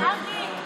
מרגי.